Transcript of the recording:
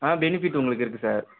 ஆ benefit உங்களுக்கு இருக்கு sir